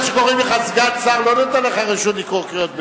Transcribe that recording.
זה שקוראים לך סגן שר לא נותן לך רשות לקרוא קריאות ביניים.